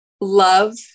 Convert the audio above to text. love